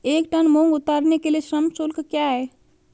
एक टन मूंग उतारने के लिए श्रम शुल्क क्या है?